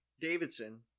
Davidson